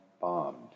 bombed